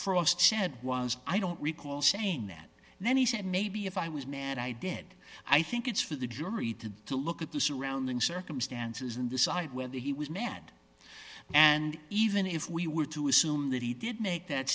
frost said was i don't recall saying that and then he said maybe if i was mad i did i think it's for the jury to to look at the surrounding circumstances and decide whether he was mad and even if we were to assume that he did make that